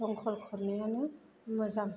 दमखल खुरनायानो मोजां